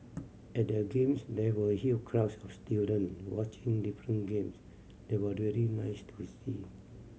at the Games there were huge crowds of student watching different games they was really nice to see